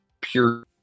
Pure